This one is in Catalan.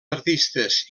artistes